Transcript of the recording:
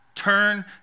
Turn